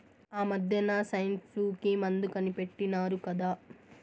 ఆమద్దెన సైన్ఫ్లూ కి మందు కనిపెట్టినారు కదా